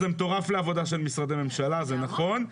זה מטורף לעבודה של משרדי ממשלה, זה נכון.